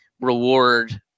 reward